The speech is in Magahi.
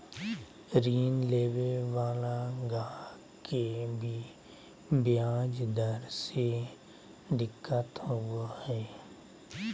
ऋण लेवे वाला गाहक के भी ब्याज दर से दिक्कत होवो हय